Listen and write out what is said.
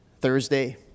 Thursday